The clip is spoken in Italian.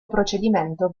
procedimento